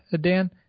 Dan